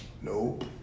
Nope